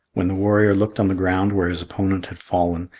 when the warrior looked on the ground where his opponent had fallen,